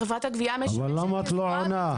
חברת הגבייה משמשת בפועל --- אבל למה את לא עונה?